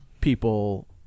people